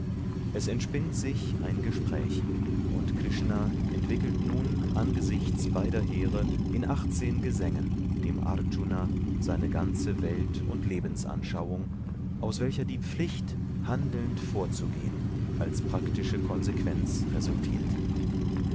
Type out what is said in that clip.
es entspinnt sich ein gespräch und krishna entwickelt nun angesichts beider heere in achtzehn gesängen dem arjuna seine ganze weltund lebensanschauung aus welcher die pflicht handelnd vorzugehen als praktische konsequenz resultiert